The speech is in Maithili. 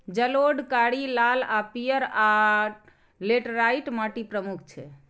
जलोढ़, कारी, लाल आ पीयर, आ लेटराइट माटि प्रमुख छै